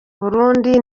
burundi